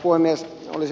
arvoisa puhemies